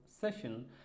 session